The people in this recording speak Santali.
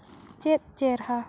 ᱪᱮᱫ ᱪᱮᱨᱦᱟ